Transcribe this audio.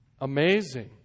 Amazing